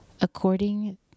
according